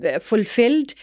fulfilled